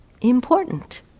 important